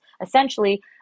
essentially